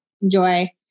Enjoy